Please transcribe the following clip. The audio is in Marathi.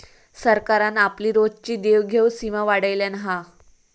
सरकारान आपली रोजची देवघेव सीमा वाढयल्यान हा